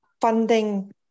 funding